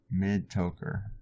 midtoker